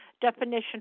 definition